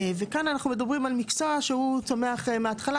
וכאן אנחנו מדברים על מקצוע שהוא צומח מהתחלה.